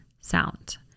sound